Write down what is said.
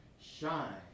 shine